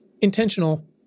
intentional